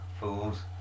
Fools